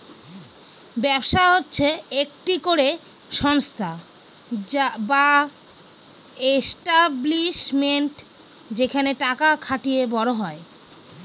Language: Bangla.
ব্যবসা হচ্ছে একটি করে সংস্থা বা এস্টাব্লিশমেন্ট যেখানে টাকা খাটিয়ে বড় হয়